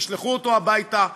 תשלחו אותו הביתה,